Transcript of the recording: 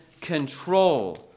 control